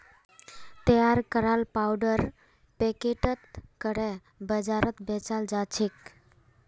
तैयार कराल पाउडर पैकेटत करे बाजारत बेचाल जाछेक